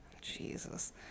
Jesus